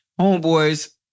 homeboys